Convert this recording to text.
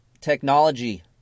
Technology